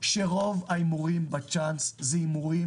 שרוב ההימורים בצ'אנס אלה הימורים